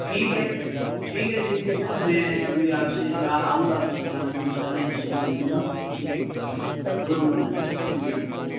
ٹھیک ہے ٹھیک ہے تھینک یو سر میں ابھی آپ سے آؤں گا آپ کی دوکان پہ ان شاء اللہ یا کسی کو بھیجوں گا ٹھیک good morning sir good morning سر